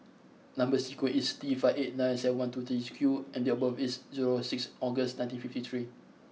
number sequence is T five eight nine seven one two three Q and date of birth is sixth August nineteen fifty three